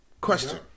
question